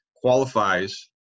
qualifies